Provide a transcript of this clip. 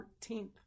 14th